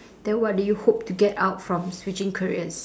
then what do you hope to get out from switching careers